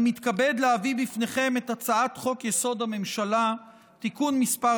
אני מתכבד להביא בפניכם את הצעת חוק-יסוד הממשלה (תיקון מס'